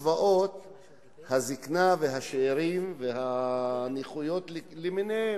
בקצבאות הזיקנה, השאירים והנכויות למיניהן.